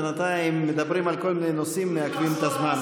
ובינתיים מדברים על כל מיני נושאים ומעכבים את הזמן.